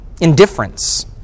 indifference